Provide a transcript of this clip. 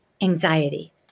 anxiety